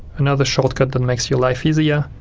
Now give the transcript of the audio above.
another shortcut that makes your life easier.